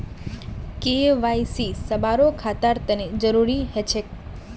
KYC सभारो खातार तने जरुरी ह छेक